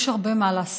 יש הרבה מה לעשות,